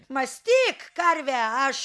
mąstyk karve aš